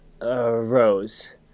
rose